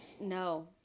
No